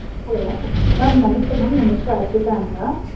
hello ma'am ನಮಸ್ತೆ ma'am ನನ್ನ ಹೆಸರು ಅರ್ಪಿತಾ ಅಂತ